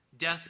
death